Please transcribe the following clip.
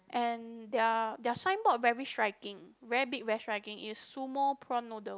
and their their signboard very striking very big very striking is sumo prawn noodle